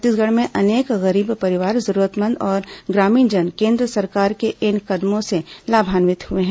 छत्तीसगढ़ में अनेक गरीब परिवार जरूरतमंद और ग्रामीणजन केन्द्र सरकार के इन कदमों से लाभान्वित हुए हैं